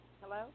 Hello